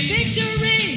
Victory